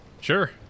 Sure